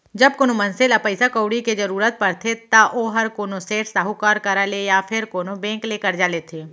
जब कोनो मनसे ल पइसा कउड़ी के जरूरत परथे त ओहर कोनो सेठ, साहूकार करा ले या फेर कोनो बेंक ले करजा लेथे